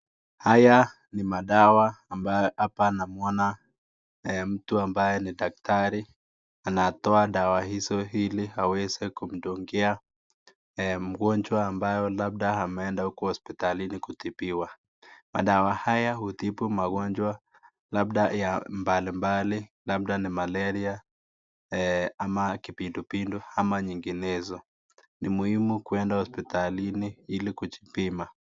Haya ni madawa ambayo hapa namwona mtu ambaye ni daktari anatoa dawa hizo ili aweze kumdungia mgonjwa ambaye labda ameenda hospitalini kutibiwa. Madawa haya hutibu magonjwa mbalimbali labda ni malaria ama kipindupindu ama nyinginezo ni muhimu kuenda hospitalini ili kujipima.